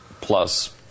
Plus